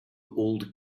old